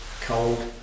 cold